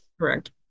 correct